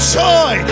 joy